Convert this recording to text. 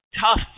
tough